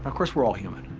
of course, we're all human,